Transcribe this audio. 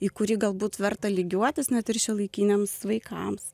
į kurį galbūt verta lygiuotis net ir šiuolaikiniams vaikams